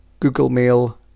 googlemail